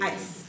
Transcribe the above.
Ice